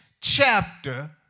chapter